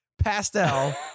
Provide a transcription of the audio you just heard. pastel